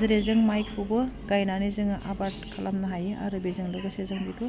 जेरै जों माइखौबो गायनानै जोङो आबाद खालामनो हायो आरो बेजों लोगोसे जों बेखौ